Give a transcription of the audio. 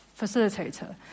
facilitator